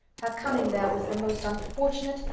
her coming there was the most unfortunate,